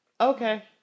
okay